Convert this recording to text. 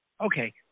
Okay